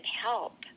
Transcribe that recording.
help